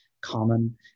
common